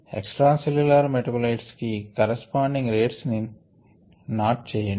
extra cellular metabolites కి corresponding rates ని note చెయ్యండి